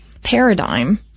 paradigm